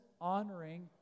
honoring